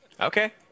Okay